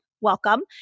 welcome